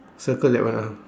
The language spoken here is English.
circle that one ah